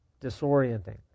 disorienting